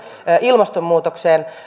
ilmastonmuutoksen